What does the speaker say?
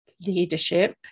leadership